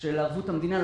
של ערבות המדינה.